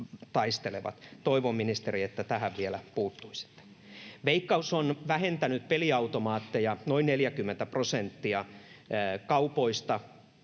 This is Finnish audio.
Toivon, ministeri, että tähän vielä puuttuisitte. Veikkaus on vähentänyt peliautomaatteja kaupoista noin 40 prosenttia, ja nyt